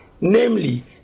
namely